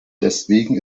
deswegen